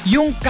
Yung